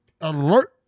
alert